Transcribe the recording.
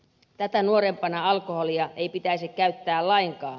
tätä nuorempana alkoholia ei pitäisi käyttää lainkaan